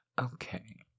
Okay